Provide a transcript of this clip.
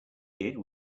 did